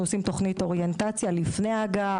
אנחנו עושים תוכנית אוריינטציה לפני ההגעה,